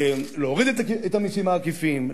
להוריד את המסים העקיפים,